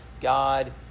God